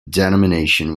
denomination